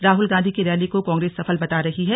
राहुल गांधी की रैली को कांग्रेस सफल बता रही है